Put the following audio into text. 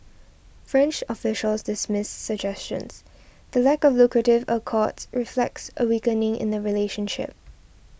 French officials dismiss suggestions the lack of lucrative accords reflects a weakening in the relationship